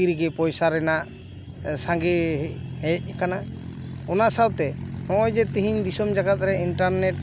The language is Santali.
ᱛᱤ ᱨᱮᱜᱮ ᱯᱚᱭᱥᱟ ᱨᱮᱱᱟᱜ ᱥᱟᱸᱜᱮ ᱦᱮᱡ ᱟᱠᱟᱱᱟ ᱚᱱᱟ ᱥᱟᱶᱛᱮ ᱱᱚᱜᱼᱚᱭ ᱡᱮ ᱛᱮᱦᱮᱧ ᱫᱤᱥᱚᱢ ᱡᱟᱠᱟᱫ ᱨᱮ ᱤᱱᱴᱟᱨ ᱱᱮᱴ